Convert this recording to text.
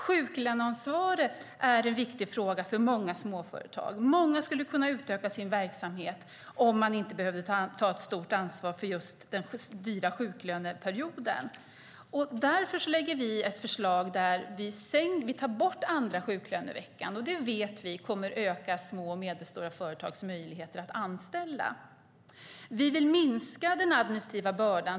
Sjuklöneansvaret är en viktig fråga för många småföretag. Många skulle kunna utöka sin verksamhet om de inte behövde ta ett stort ansvar för den dyra sjuklöneperioden. Därför lägger vi fram ett förslag om att ta bort den andra sjuklöneveckan. Det vet vi kommer att öka små och medelstora företags möjligheter att anställa. Vi vill minska den administrativa bördan.